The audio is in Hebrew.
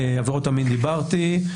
עבירות המין דיברתי.